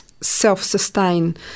self-sustain